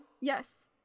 Yes